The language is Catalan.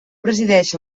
presideix